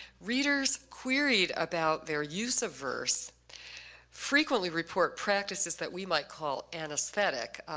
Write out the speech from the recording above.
readers queried about their use of verse frequently report practices that we might call anesthetic.